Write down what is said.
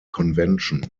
convention